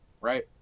Right